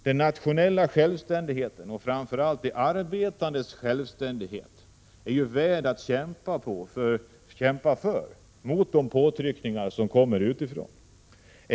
Den nationella självständigheten och framför allt de arbetandes självständighet, är värd att kämpa för, mot de påtryckningar som kommer utifrån.